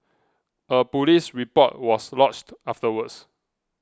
a police report was lodged afterwards